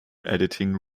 editing